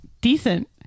decent